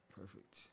Perfect